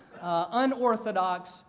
unorthodox